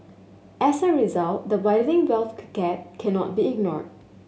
as a result the widening wealth gap cannot be ignored